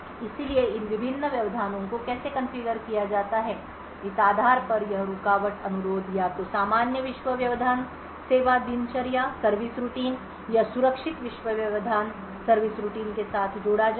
इसलिए इन विभिन्न व्यवधानों को कैसे कॉन्फ़िगर किया जाता है इस आधार पर यह रुकावट अनुरोध या तो सामान्य विश्व व्यवधान सेवा दिनचर्या या सुरक्षित विश्व व्यवधान सेवा दिनचर्या के साथ जोड़ा जाएगा